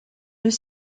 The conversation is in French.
deux